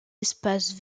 espaces